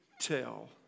tell